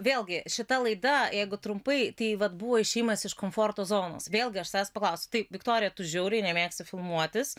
vėlgi šita laida jeigu trumpai tai vat buvo išėjimas iš komforto zonos vėlgi aš savęs paklausiau tai viktorija tu žiauriai nemėgsti filmuotis